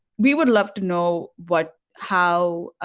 we would love to know what how